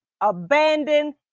abandon